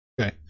Okay